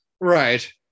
right